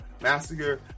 massacre